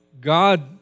God